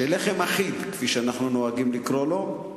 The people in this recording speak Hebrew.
שלחם אחיד, כפי שאנחנו נוהגים לקרוא לו,